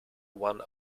one